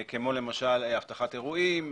כמו אבטחת אירועים,